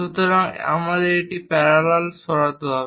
সুতরাং আমাদের এটির প্যারালাল সরাতে হবে